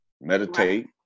meditate